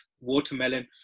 watermelon